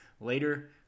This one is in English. later